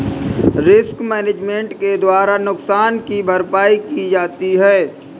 risk management के द्वारा नुकसान की भरपाई की जाती है